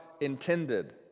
intended